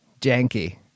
janky